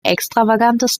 extravagantes